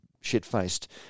shit-faced